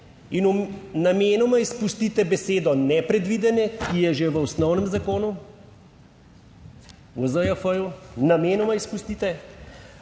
in namenoma izpustite besedo "nepredvidene", ki je že v osnovnem zakonu v ZJF, namenoma izpustite